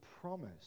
promise